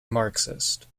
marxist